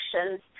actions